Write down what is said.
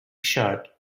shirt